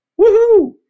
Woohoo